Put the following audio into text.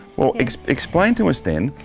well explain to us then,